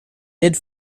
did